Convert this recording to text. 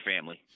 family